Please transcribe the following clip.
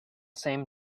same